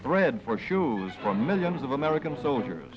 bread for shoes for millions of american soldiers